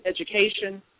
education